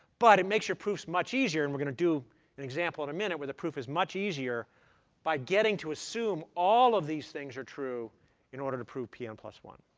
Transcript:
but it makes your proofs much easier. and we're going to do an example in a minute where the proof is much easier by getting to assume all of these things are true in order to prove p n plus one.